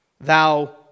thou